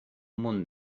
munt